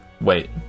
wait